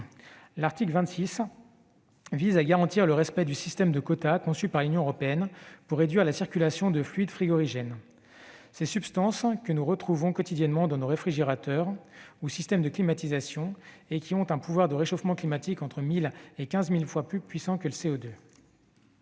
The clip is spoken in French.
L'article 26 vise à garantir le respect du système de quotas conçu par l'Union européenne pour réduire la circulation de fluides frigorigènes, ces substances que nous retrouvons quotidiennement dans nos réfrigérateurs ou systèmes de climatisation et qui ont un pouvoir de réchauffement climatique entre 1 000 et 15 000 fois plus puissant que le CO2.